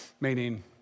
meaning